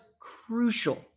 crucial